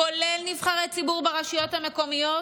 כולל נבחרי ציבור ברשויות המקומיות,